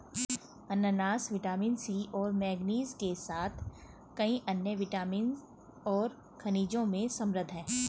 अनन्नास vitamin C और manganese के साथ कई अन्य विटामिन और खनिजों में समृद्ध हैं